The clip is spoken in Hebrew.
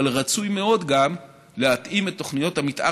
אבל רצוי מאוד להתאים גם את תוכניות המתאר